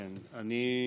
כן, אני אתחיל